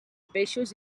peixos